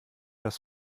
das